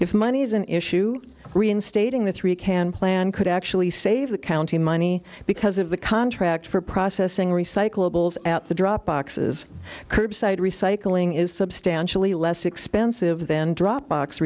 if money is an issue reinstating the three can plan could actually save the county money because of the contract for processing recyclables at the drop boxes curbside recycling is substantially less expensive than dropbox